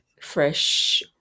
fresh